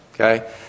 okay